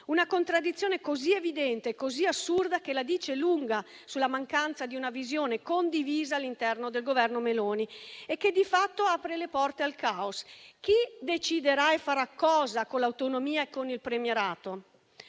una contraddizione così evidente e così assurda che la dice lunga sulla mancanza di una visione condivisa all'interno del Governo Meloni e che di fatto apre le porte al caos: chi deciderà e farà cosa con l'autonomia e con il premierato?